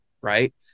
right